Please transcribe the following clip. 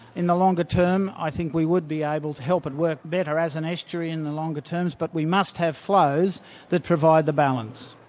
in the longer term i think we would be able to help it work better as an estuary in the longer term, but we must have flows that provide the balance.